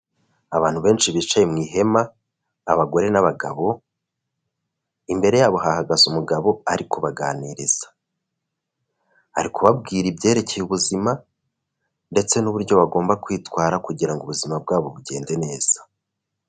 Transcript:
Abantu benshi bicaye mu ihema, abagore n'abagabo, imbere yabo hahagaze umugabo ari kubaganiza, ari kubabwira ibyerekeye ubuzima ndetse n'uburyo bagomba kwitwara kugira ngo ubuzima bwabo bugende neza